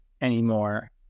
anymore